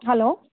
hello